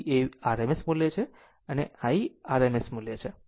v એ RMS મૂલ્ય છે અને I rms મૂલ્ય છે